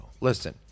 Listen